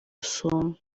rusumo